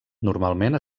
normalment